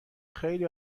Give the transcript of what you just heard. خیلی